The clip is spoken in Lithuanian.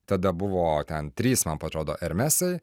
tada buvo ten trys man atrodo hermesai